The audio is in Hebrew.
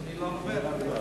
אתה לומד כל הזמן.